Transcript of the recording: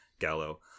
gallo